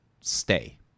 stay